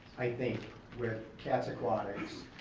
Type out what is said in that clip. i think with cats aquatics,